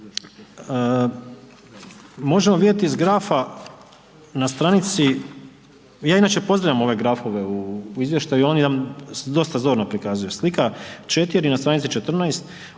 možemo vidjeti iz grafa na stranici, ja inače pozdravljam ove grafove u izvještaju oni nam dosta zorno prikazuju, slika 4. na stranici 14.